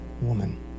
woman